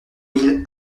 mille